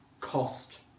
cost